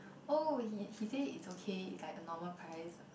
oh he he say it's okay it's like a normal price